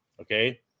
Okay